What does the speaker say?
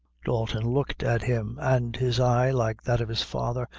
dalton looked at him, and his eye, like that of his father,